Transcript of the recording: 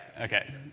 Okay